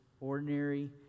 ordinary